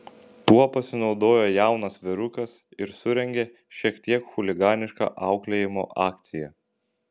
tuo pasinaudojo jaunas vyrukas ir surengė šiek tiek chuliganišką auklėjimo akciją